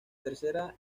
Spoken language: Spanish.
tercera